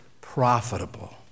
profitable